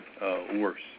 worse